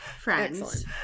friends